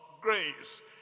grace